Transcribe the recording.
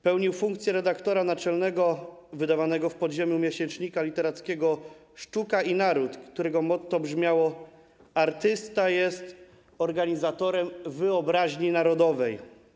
Pełnił funkcję redaktora naczelnego wydawanego w podziemiu miesięcznika literackiego ˝Sztuka i Naród˝, którego motto brzmiało: ˝Artysta jest organizatorem wyobraźni narodowej˝